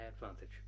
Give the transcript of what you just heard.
advantage